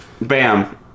Bam